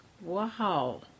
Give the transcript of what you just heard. wow